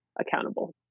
accountable